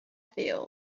fields